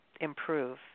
improve